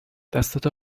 دستتو